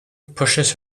pushes